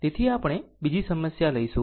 તેથી આપણે બીજી સમસ્યા લઈશું